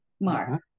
Mark